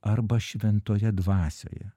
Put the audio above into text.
arba šventoje dvasioje